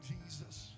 Jesus